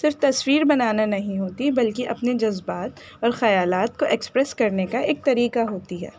صرف تصویر بنانا نہیں ہوتی بلکہ اپنے جذبات اور خیالات کو ایکسپریس کرنے کا ایک طریقہ ہوتی ہے